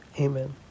Amen